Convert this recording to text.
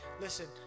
Listen